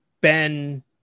Ben